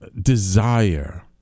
desire